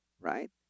right